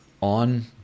on